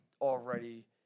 already